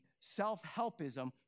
self-helpism